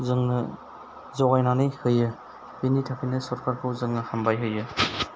जोंनो ज'गायनानै होयो बेनि थाखायनो सरखारखौ जोङो हामबाय होयो